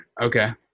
Okay